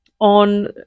on